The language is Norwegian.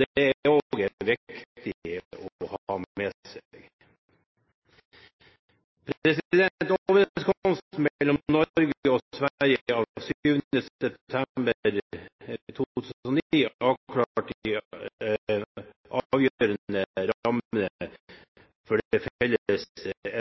Det er viktig å ha med seg. Overenskomsten mellom Norge og Sverige av 7. september 2009 avklarte de avgjørende rammene for det felles